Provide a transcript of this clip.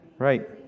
Right